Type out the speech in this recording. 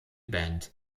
band